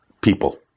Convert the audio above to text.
people